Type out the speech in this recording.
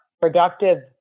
productive